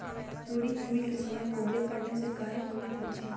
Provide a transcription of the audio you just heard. तोरी फुल के समय कोहर पड़ने से काहे पभवित होई छई?